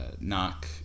knock